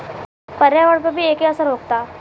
पर्यावरण पर भी एके असर होखता